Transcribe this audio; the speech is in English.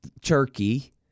Turkey